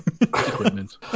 equipment